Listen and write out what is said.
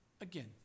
Again